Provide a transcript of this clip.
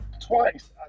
twice